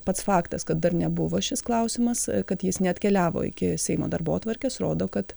pats faktas kad dar nebuvo šis klausimas kad jis neatkeliavo iki seimo darbotvarkės rodo kad